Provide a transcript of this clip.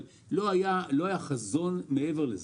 אבל לא היה חזון מעבר לזה,